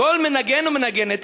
"כל מנגן ומנגנת,